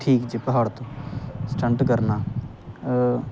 ਠੀਕ ਜੇ ਪਹਾੜ ਤੋਂ ਸਟੰਟ ਕਰਨਾ